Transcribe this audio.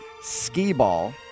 Skee-Ball